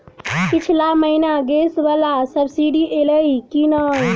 पिछला महीना गैस वला सब्सिडी ऐलई की नहि?